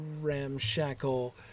ramshackle